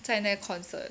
在那个 concert